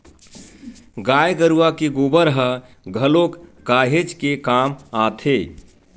गाय गरुवा के गोबर ह घलोक काहेच के काम आथे